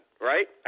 right